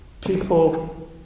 People